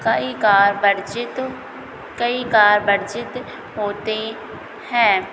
कई कार्य वर्जित कई कार्य वर्जित होते हैं